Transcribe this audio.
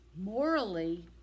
morally